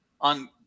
on